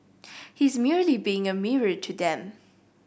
he's merely being a mirror to them